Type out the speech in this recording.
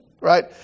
right